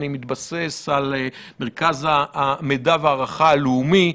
אני מתבסס על מרכז המידע וההערכה הלאומי.